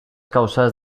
causas